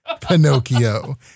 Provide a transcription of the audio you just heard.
Pinocchio